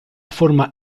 forma